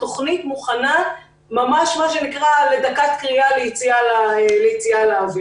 התוכנית מוכנה ממש לדקת קריאה ליציאה לאוויר.